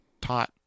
taught